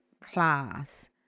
class